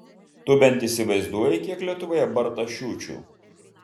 tu bent įsivaizduoji kiek lietuvoje bartašiūčių